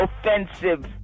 offensive